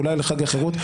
אולי לחג החירות,